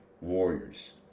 warriors